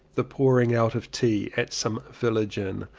the pour ing out of tea at some village inn,